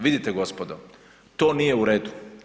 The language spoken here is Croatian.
Vidite gospodo to nije u redu.